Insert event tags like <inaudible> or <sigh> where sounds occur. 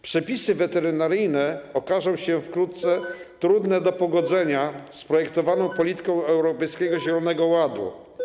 Przepisy weterynaryjne okażą się wkrótce <noise> trudne do pogodzenia z projektowaną polityką Europejskiego Zielonego Ładu.